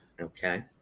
Okay